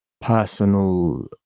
personal